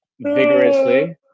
vigorously